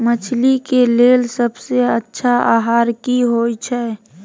मछली के लेल सबसे अच्छा आहार की होय छै?